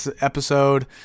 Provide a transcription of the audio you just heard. episode